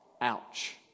Ouch